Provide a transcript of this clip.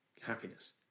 happiness